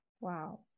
Wow